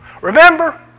Remember